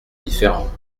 différent